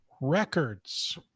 records